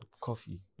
coffee